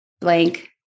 blank